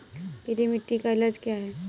पीली मिट्टी का इलाज क्या है?